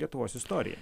lietuvos istorija